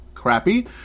crappy